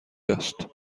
است